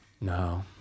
No